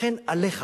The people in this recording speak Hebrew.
לכן עליך,